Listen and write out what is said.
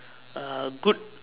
a good